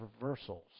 reversals